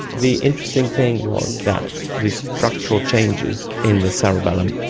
the interesting thing was that these structural changes in the cerebellum,